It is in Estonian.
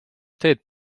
teed